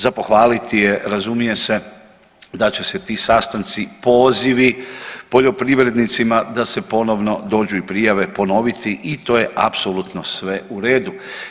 Za pohvaliti je razumije se da će se ti sastanci i pozivi poljoprivrednicima da se ponovno dođu i prijave ponoviti i to je apsolutno sve u redu.